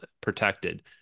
protected